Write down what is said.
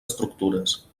estructures